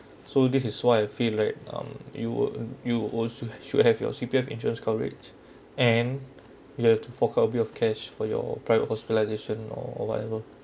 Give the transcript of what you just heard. so this is why I feel like um you would you also should have your C_P_F insurance coverage and you have to fork out a bit of cash for your private hospitalisation or whatever